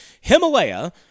Himalaya